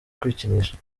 kwikinisha